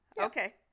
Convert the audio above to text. Okay